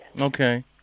Okay